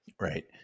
Right